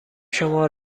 شما